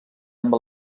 amb